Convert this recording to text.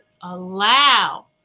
allow